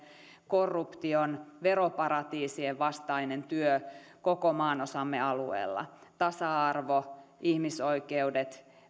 korruption veroparatiisien vastainen työ koko maanosamme alueella tasa arvo ihmisoikeudet